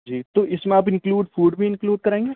جی تو اس میں آپ انکلوڈ فوڈ بھی انکلوڈ کریں گے